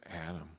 Adam